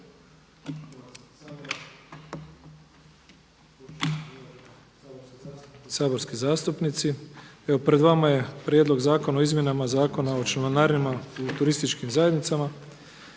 saborski zastupnici. Evo pred vama je prijedlog Zakona o izmjenama Zakona o članarinama u turističkim zajednicama.